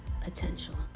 potential